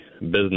business